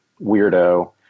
weirdo